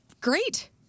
Great